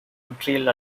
montreal